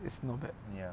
it's not bad